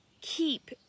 keep